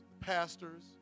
pastors